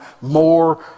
more